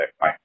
Bye